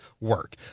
work